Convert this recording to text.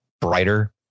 brighter